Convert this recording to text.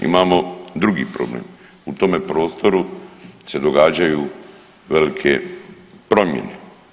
Imamo drugi problem, u tome prostoru se događaju velike promjene.